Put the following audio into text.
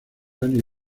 annie